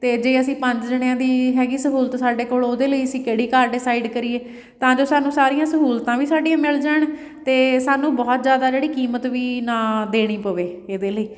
ਅਤੇ ਜੇ ਅਸੀਂ ਪੰਜ ਜਣਿਆਂ ਦੀ ਹੈਗੀ ਸਹੂਲਤ ਸਾਡੇ ਕੋਲ ਉਹਦੇ ਲਈ ਅਸੀਂ ਕਿਹੜੀ ਕਾਰ ਡੀਸਾਈਡ ਕਰੀਏ ਤਾਂ ਜੋ ਸਾਨੂੰ ਸਾਰੀਆਂ ਸਹੂਲਤਾਂ ਵੀ ਸਾਡੀਆਂ ਮਿਲ ਜਾਣ ਅਤੇ ਸਾਨੂੰ ਬਹੁਤ ਜ਼ਿਆਦਾ ਜਿਹੜੀ ਕੀਮਤ ਵੀ ਨਾ ਦੇਣੀ ਪਵੇ ਇਹਦੇ ਲਈ